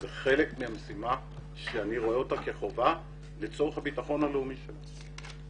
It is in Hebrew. זה חלק מהמשימה שאני רואה אותה כחובה לצורך הביטחון הלאומי שלנו.